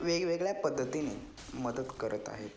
वेगवेगळ्या पद्धतीने मदत करत आहेत